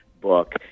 book